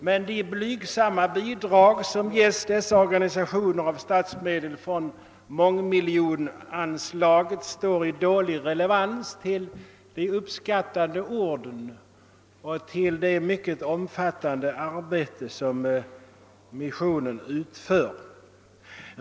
Men de blygsamma bidrag som i form av statsmedel från mångmiljonanslaget ges dessa organisationer står i dålig relation till de uppskattande orden och till det mycket omfattande arbete som missionen utför.